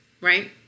right